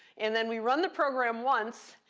and then we run the program once,